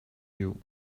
you